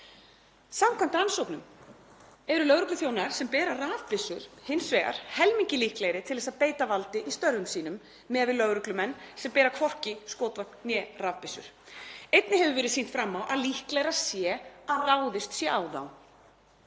Samkvæmt rannsóknum eru lögregluþjónar sem bera rafbyssur hins vegar helmingi líklegri til þess að beita valdi í störfum sínum en lögreglumenn sem bera hvorki skotvopn né rafbyssur. Einnig hefur verið sýnt fram á að líklegra sé að ráðist sé á þá.